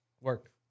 Work